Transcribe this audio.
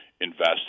invest